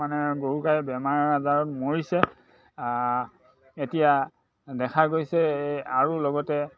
মানে গৰু গাই বেমাৰ আজাৰত মৰিছে এতিয়া দেখা গৈছে আৰু লগতে